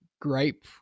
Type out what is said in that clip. gripe